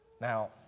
Now